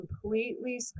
completely